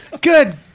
Good